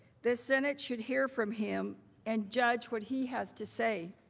the senate should hear from him and judge what he has to say.